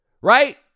right